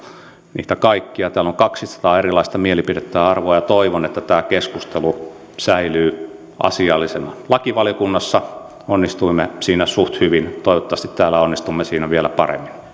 niitä kaikkia täällä on kaksisataa erilaista mielipidettä ja arvoa ja toivon että tämä keskustelu säilyy asiallisena lakivaliokunnassa onnistuimme siinä suht hyvin toivottavasti onnistumme täällä siinä vielä paremmin